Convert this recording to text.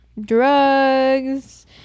drugs